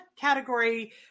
category